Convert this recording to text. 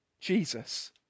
Jesus